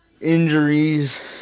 injuries